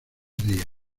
días